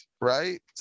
Right